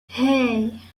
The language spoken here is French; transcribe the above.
hey